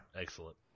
Excellent